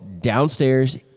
downstairs